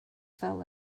fell